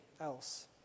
else